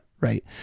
Right